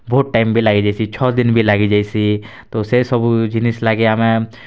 ବହୁତ୍ ଟାଇମ୍ ବି ଲାଗିଯାଏସି ଛଅ ଦିନ୍ ବି ଲାଗିଯାଇସି ତ ସେ ସବୁ ଜିନିଷ ଲାଗି ଆମେ